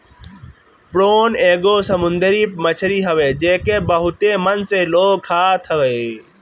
prawn एगो समुंदरी मछरी हवे जेके बहुते मन से लोग खात हवे